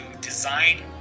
design